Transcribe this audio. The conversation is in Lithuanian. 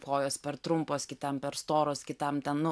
kojos per trumpos kitam per storos kitam ten nu